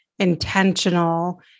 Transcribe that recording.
Intentional